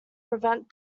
prevent